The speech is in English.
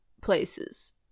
places